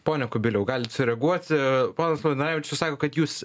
pone kubiliau galit sureaguoti ponas paltanavičius sako kad jūs